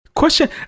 question